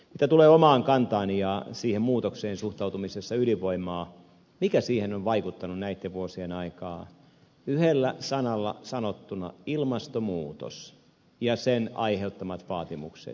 mitä tulee omaan kantaani ja siihen muutokseen suhtautumisessa ydinvoimaan mikä siihen on vaikuttanut näitten vuosien aikaan yhdellä sanalla sanottuna ilmastonmuutos ja sen aiheuttamat vaatimukset